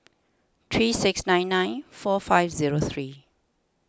three six nine nine four five zero three